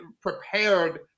prepared